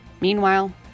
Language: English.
Meanwhile